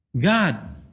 God